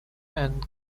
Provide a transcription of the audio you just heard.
and